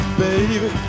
baby